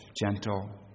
gentle